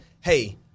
hey